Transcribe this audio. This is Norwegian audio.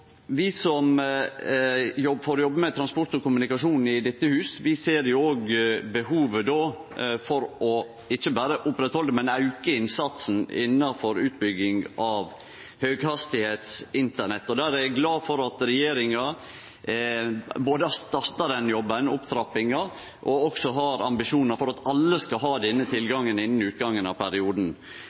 kommunikasjon i dette hus, ser òg behovet då for ikkje berre å oppretthalde, men auke innsatsen innanfor utbygging av høghastigheits internett. Der er eg glad for at regjeringa både har starta den jobben, den opptrappinga, og også har ambisjonar for at alle skal ha denne tilgangen innan utgangen av perioden.